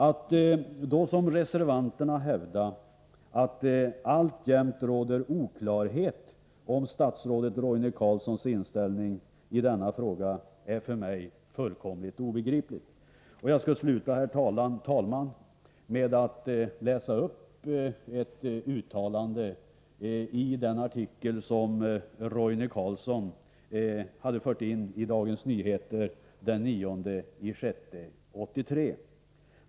Att då i likhet med reservanterna hävda att det alltjämt råder oklarhet om statsrådet Roine Carlssons inställning till denna fråga är för mig fullkomligt obegripligt. Herr talman! Jag skall sluta med att läsa upp ett uttalande från den artikel som Roine Carlsson hade fört in i Dagens Nyheter den 9 juni 1983.